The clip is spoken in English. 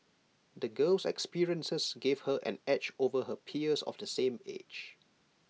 the girl's experiences gave her an edge over her peers of the same age